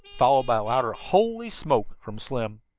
followed by a louder holy smoke! from slim.